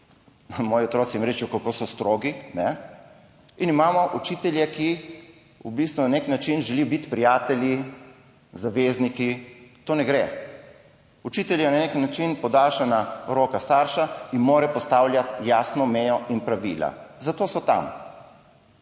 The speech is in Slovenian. moji otroci jim rečejo, kako so strogi, in imamo učitelje, ki v bistvu na nek način želijo biti prijatelji, zavezniki. To ne gre. Učitelj je na nek način podaljšana roka starša in mora postavljati jasno mejo in pravila. Zato so tam.